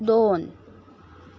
दोन